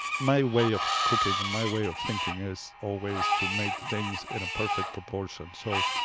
my way of cooking and my way of thinking is always to make things in a perfect proportion. so,